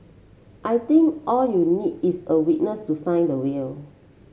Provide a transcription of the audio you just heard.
I think all you need is a witness to sign the will